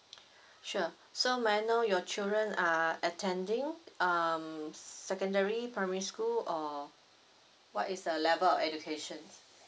sure so may I know your children are attending um secondary primary school or what is the level of educations